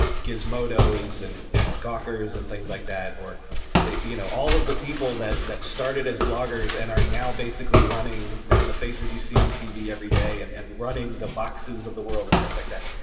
gizmodos and and gawkers and things like that, or you know all of the people that that started as bloggers and are now basically running they are the faces you see on tv every day and and running the voxs of the world and things like that.